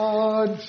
God